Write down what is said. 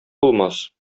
булмас